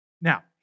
Now